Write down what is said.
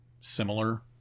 similar